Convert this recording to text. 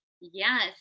Yes